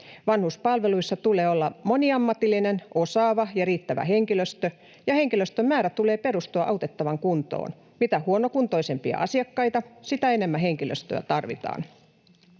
Vanhuspalveluissa tulee olla moniammatillinen, osaava ja riittävä henkilöstö, ja henkilöstön määrän tulee perustua autettavan kuntoon. Mitä huonompikuntoisia asiakkaita, sitä enemmän henkilöstöä tarvitaan.